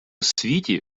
світі